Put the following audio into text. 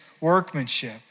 workmanship